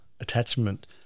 attachment